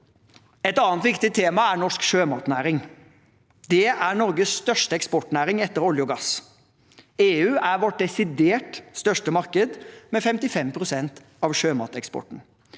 Et annet viktig tema er norsk sjømatnæring. Det er Norges største eksportnæring etter olje og gass. EU er vårt desidert største marked, med 55 pst. av sjømateksporten.